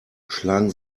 schlagen